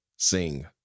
sing